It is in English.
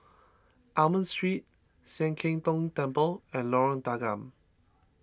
Almond Street Sian Keng Tong Temple and Lorong Tanggam